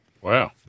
Wow